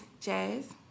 jazz